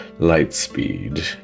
Lightspeed